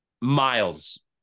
miles